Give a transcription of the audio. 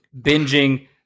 Binging